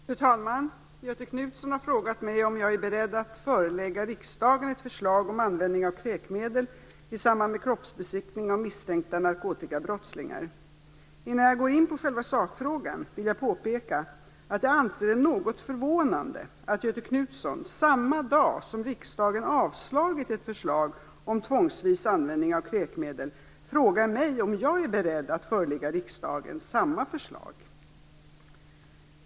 Fru talman! Göthe Knutson har frågat mig om jag är beredd att förelägga riksdagen ett förslag om användning av kräkmedel i samband med kroppsbesiktning av misstänkta narkotikabrottslingar. Innan jag går in på själva sakfrågan vill jag påpeka att jag anser det något förvånande att Göthe Knutson, samma dag som riksdagen avslagit ett förslag om tvångsvis användning av kräkmedel, frågar mig om jag är beredd att förelägga riksdagen samma förslag.